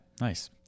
Nice